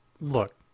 look